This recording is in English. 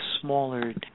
smaller